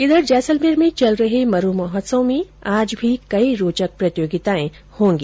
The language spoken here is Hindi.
इधर जैसलमेर में चल रहे मरू महोत्सव में आज भी कई रोचक प्रतियोगिताए होगी